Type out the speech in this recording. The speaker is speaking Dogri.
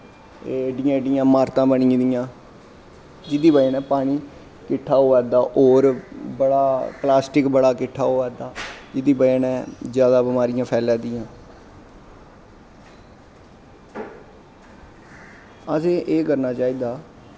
एडियां एडियां इमारतां बनी गेदियां जेह्दी बजह नै पानी किट्ठा होआ दा होर बड़ा पलास्टिक बड़ा किट्ठा होआ दा जेह्दी बजह नै जैदा बमारियां फैला दियां असें एह् करना चाहि दा